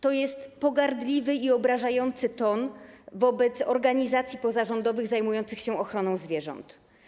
To jest pogardliwy i obrażający ton wobec organizacji pozarządowych zajmujących się ochroną zwierząt.